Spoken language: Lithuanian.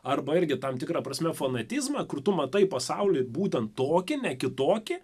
arba irgi tam tikra prasme fanatizmą kur tu matai pasaulį būtent tokį ne kitokį